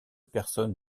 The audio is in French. personne